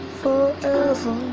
forever